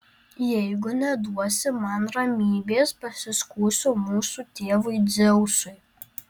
jeigu neduosi man ramybės pasiskųsiu mūsų tėvui dzeusui